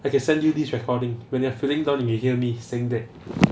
I can send you this recording when you are feeling down you hear me saying that